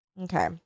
Okay